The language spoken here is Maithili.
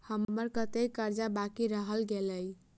हम्मर कत्तेक कर्जा बाकी रहल गेलइ?